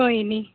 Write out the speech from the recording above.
कोई निं